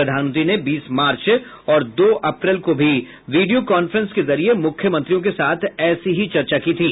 प्रधानमंत्री ने बीस मार्च और दो अप्रैल को भी वीडियो कांफ्रेंस के जरिये मुख्यमंत्रियों के साथ ऐसी ही चर्चा की थी